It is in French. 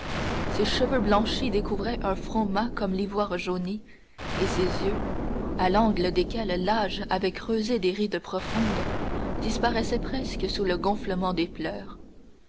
ses cheveux blanchis découvraient un front mat comme l'ivoire jauni et ses yeux à l'angle desquels l'âge avait creusé des rides profondes disparaissaient presque sous le gonflement des pleurs